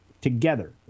together